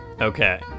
Okay